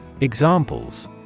Examples